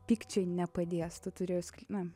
pykčiai nepadės tu turi na